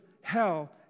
hell